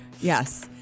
yes